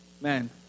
man